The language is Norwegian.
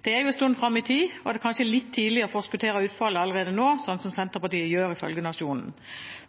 Det er jo en stund fram i tid, og det er kanskje litt tidlig å forskuttere utfallet allerede nå, slik Senterpartiet gjør, ifølge Nationen.